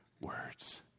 words